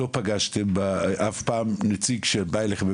לא פגשתם בבית החולים נציג שלהם,